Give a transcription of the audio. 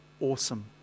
Awesome